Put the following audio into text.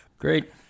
Great